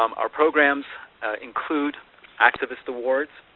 um our programs include activist awards,